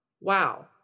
wow